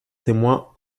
témoin